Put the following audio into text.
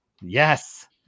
Yes